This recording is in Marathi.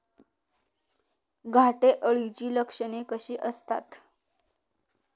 घाटे अळीची लक्षणे कशी असतात?